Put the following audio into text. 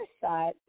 side